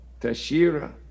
Tashira